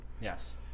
Yes